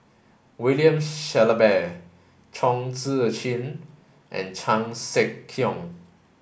William Shellabear Chong Tze Chien and Chan Sek Keong